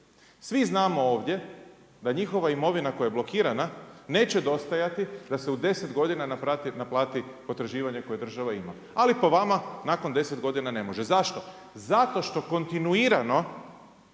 Svi znamo ovdje da njihova imovina koja je blokirana, neće dostajati da se u 10 godina naplati potraživanje koje država ima, ali po vama nakon 10 godina ne može, zašto? Zato što kontinuirano